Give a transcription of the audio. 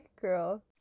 girl